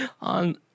on